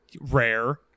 Rare